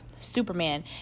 superman